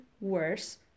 worse